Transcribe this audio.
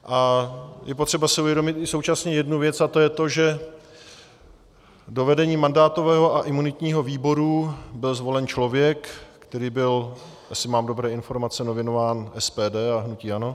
A je potřeba si uvědomit i současně jednu věc, a to je to, že do vedení mandátového a imunitního výboru byl zvolen člověk, který byl, jestli mám dobré informace, nominován SPD a hnutím ANO.